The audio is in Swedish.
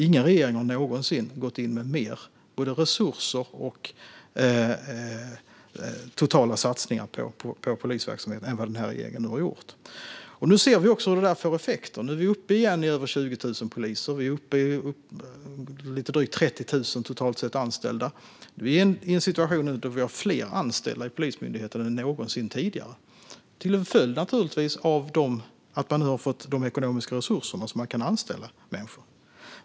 Ingen regering har gått in med mer resurser och totala satsningar på polisverksamhet än den här regeringen har gjort. Nu ser vi också effekterna av det. Vi är uppe i över 20 000 poliser igen. Vi är uppe i lite drygt 30 000 anställda totalt sett. Polismyndigheten har nu fler anställda än någonsin tidigare. Det är en följd av att man har fått ekonomiska resurser för att anställa. Fru talman!